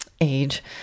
age